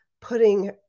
putting